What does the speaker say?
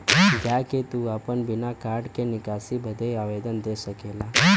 जा के तू आपन बिना कार्ड के निकासी बदे आवेदन दे सकेला